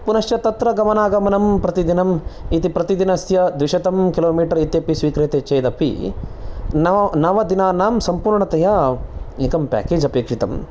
पूनश्च तत्र गमनागमनं प्रतिदिनम् इति प्रतिदिनस्य द्विशतं किलो मीटर् इत्यपि स्वीक्रियते चेदपि नवदिनानां सम्पूर्णतया संपूर्णतया एकं पैकेज् अपेक्षितं